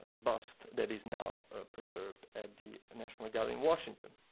bust that is now preserved at the national gallery in washington.